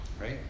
right